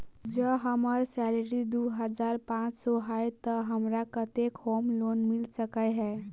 जँ हम्मर सैलरी दु हजार पांच सै हएत तऽ हमरा केतना होम लोन मिल सकै है?